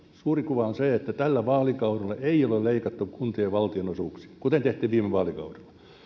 suuri kuva on se että tällä vaalikaudella ei ole leikattu kuntien valtionosuuksia kuten tehtiin viime vaalikaudella